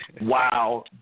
Wow